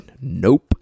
nope